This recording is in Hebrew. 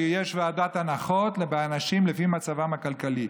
ויש ועדת הנחות לאנשים לפי מצבם הכלכלי.